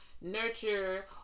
nurture